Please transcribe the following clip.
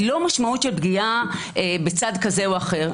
היא לא משמעות של פגיעה בצד כזה או אחר.